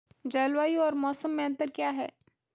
जलवायु और मौसम में अंतर क्या है?